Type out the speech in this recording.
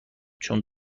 چون